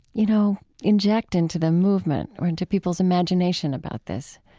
you know, inject into the movement or into people's imagination about this?